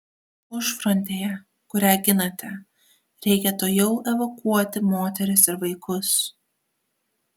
užfrontėje kurią ginate reikia tuojau evakuoti moteris ir vaikus